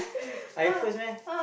I first meh